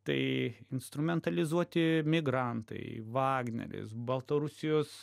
tai instrumentalizuoti migrantai vagneris baltarusijos